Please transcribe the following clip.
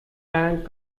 tank